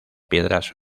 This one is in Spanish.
piedras